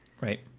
Right